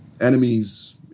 enemies